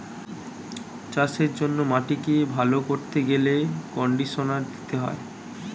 চাষের জন্য মাটিকে ভালো করতে গেলে কন্ডিশনার দিতে হয়